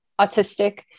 autistic